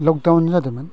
lockdown जादोंमोन